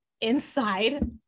inside